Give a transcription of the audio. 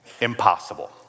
impossible